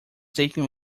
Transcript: taken